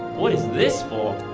what is this for?